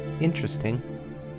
Interesting